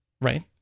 Right